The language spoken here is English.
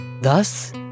Thus